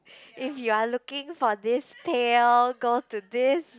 if you're looking for this pail go to this